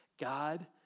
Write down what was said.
God